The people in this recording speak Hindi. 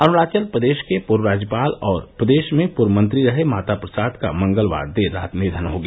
अरूणाचल प्रदेश के पूर्व राज्यपाल और प्रदेश में पूर्व मंत्री रहे माता प्रसाद का मंगलवार देर रात निधन हो गया